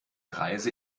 reise